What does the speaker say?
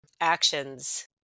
actions